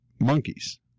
monkeys